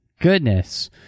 Goodness